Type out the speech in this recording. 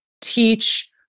teach